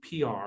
PR